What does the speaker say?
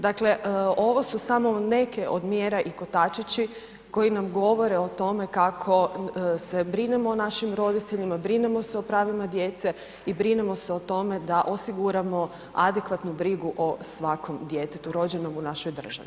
Dakle, ovo su samo neke od mjera i kotačići koji nam govore o tome kako se brinemo o našim roditeljima, brinemo se o pravima djece i brinemo se o tome da osiguramo adekvatnu brigu o svakom djetetu rođenom u našoj državi.